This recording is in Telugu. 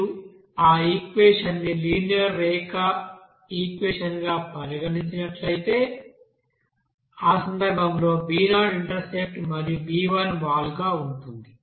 మీరు ఆ ఈక్వెషన్ ని లినియర్ రేఖ ఈక్వెషన్ గా పరిగణించినట్లయితే ఆ సందర్భంలో b0 ఇంట్రసెప్ట్ మరియు b1 వాలుగా ఉంటుంది